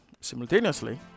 simultaneously